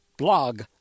Blog